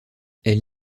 elle